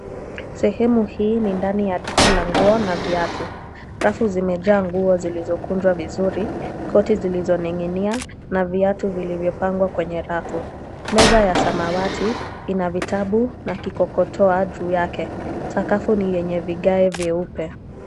Sehemu hii ni ndani ya duka la nguo na viatu, rafu zimejaa nguo zilizokunywa vizuri, koti zilizoninginia na viatu vilivyopangwa kwenye rafu, meza ya samawati ina vitabu na kikokotoa juu yake, sakafu ni yenyevigae vyeupe.